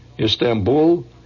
Istanbul